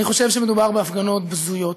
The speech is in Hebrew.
אני חושב שמדובר בהפגנות בזויות,